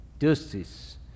justice